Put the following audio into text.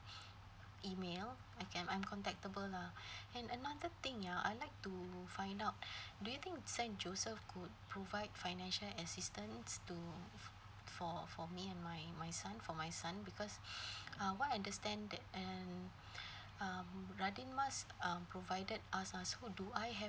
email I can I'm contactable lah and another thing ya I'd like to find out do you think saint joseph could provide financial assistance to f~ for for me and my my son for my son because uh what I understand that and um radin mas uh provided us uh food do I have